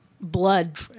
blood